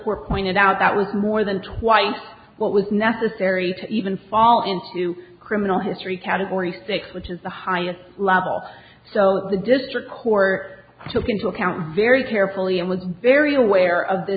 report pointed out that was more than twice what was necessary to even fall into criminal history category six which is the highest level so the district court took into account very carefully and was very aware of the